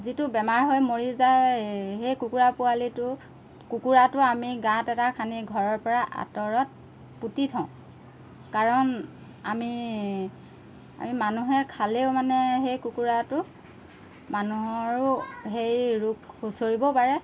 যিটো বেমাৰ হৈ মৰি যায় সেই কুকুৰা পোৱালিটো কুকুৰাটো আমি গাঁত এটা খান্দি ঘৰৰপৰা আঁতৰত পুতি থওঁ কাৰণ আমি আমি মানুহে খালেও মানে সেই কুকুৰাটো মানুহৰো সেই ৰোগ সোঁচৰিবও পাৰে